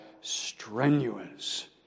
strenuous